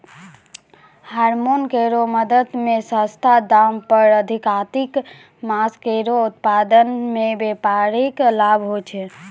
hormone केरो मदद सें सस्ता दाम पर अधिकाधिक मांस केरो उत्पादन सें व्यापारिक लाभ होय छै